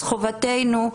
חובתנו,